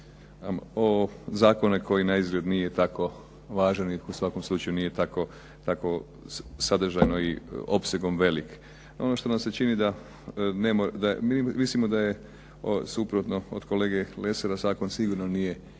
o zakonu koji naizgled nije tako važan i u svakom slučaju nije tako sadržajno i opsegom velik. No, ono što nam se čini da, mi mislimo da je suprotno od kolege Lesara zakon sigurno nije idealan